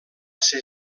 ser